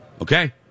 okay